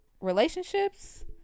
relationships